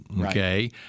Okay